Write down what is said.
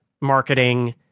marketing